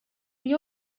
gli